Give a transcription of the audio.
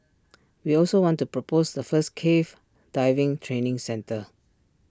we also want to propose the first cave diving training centre